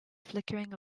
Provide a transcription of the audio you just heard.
flickering